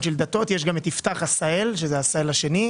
בתי עלמין,